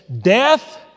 Death